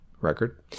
record